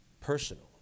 personal